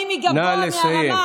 לזה,